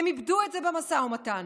הם איבדו את זה במשא ומתן,